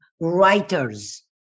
writers